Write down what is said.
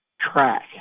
track